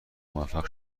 موفق